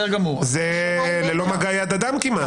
זה ללא מגע יד אדם כמעט.